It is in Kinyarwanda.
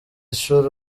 ishuri